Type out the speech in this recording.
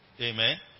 Amen